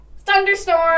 Thunderstorm